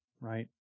right